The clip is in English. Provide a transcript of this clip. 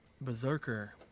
Berserker